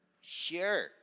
Sure